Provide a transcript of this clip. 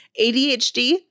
ADHD